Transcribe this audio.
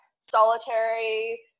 solitary